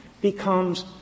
becomes